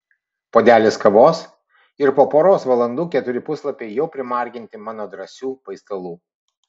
puodelis kavos ir po poros valandų keturi puslapiai jau primarginti mano drąsių paistalų